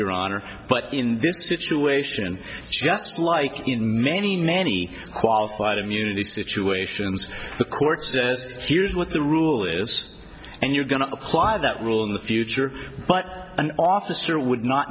your honor but in this situation just like in many many qualified immunity situations the court says here's what the rule is and you're going to apply that rule in the future but an officer would not